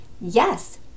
Yes